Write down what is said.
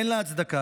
אין לזה הצדקה